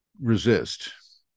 resist